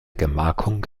gemarkung